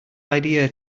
idea